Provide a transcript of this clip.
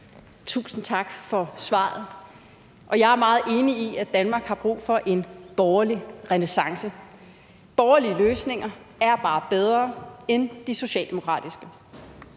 Tusind tak for svaret. Og jeg er meget enig i, at Danmark har brug for en borgerlig renæssance. Borgerlige løsninger er bare bedre end de socialdemokratiske.